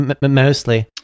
Mostly